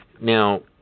Now